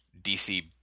dc